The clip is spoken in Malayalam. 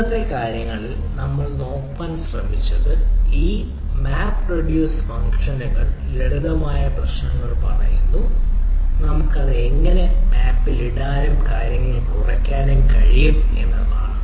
ഇന്നത്തെ കാര്യങ്ങളിൽ നമ്മൾ നോക്കാൻ ശ്രമിച്ചത് ഈ മാപ്പ് റിഡ്യൂസ് ഫംഗ്ഷനുകൾ ലളിതമായ പ്രശ്നങ്ങൾ പറയുന്നു നമുക്ക് അത് എങ്ങനെ മാപ്പിൽ ഇടാനും കാര്യങ്ങൾ കുറയ്ക്കാനും കഴിയും എന്നതാണ്